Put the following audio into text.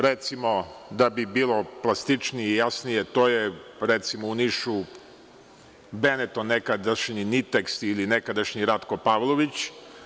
Recimo, da bi bilo plastičnije i jasnije, to je u Nišu „Beneton“, nekadašnji „Nitekst“ ili nekadašnji „Ratko Pavlović“